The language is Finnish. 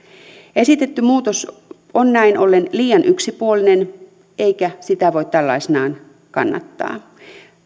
esitetty muutos on näin ollen liian yksipuolinen eikä sitä voi tällaisenaan kannattaa